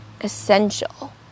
essential